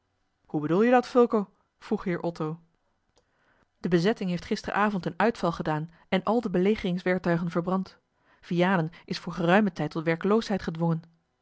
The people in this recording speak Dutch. hoe bedoel je dat fulco vroeg heer otto de bezetting heeft gisterenavond een uitval gedaan en al de belegeringswerktuigen verbrand vianen is voor geruimen tijd tot werkeloosheid gedwongen